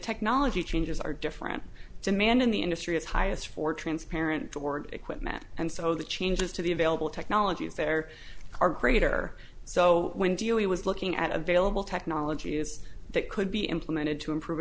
technology changes are different demand in the industry is highest for transparent toward equipment and so the changes to the available technology is there are greater so when do you he was looking at a vailable technologies that could be implemented to improve